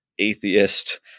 Atheist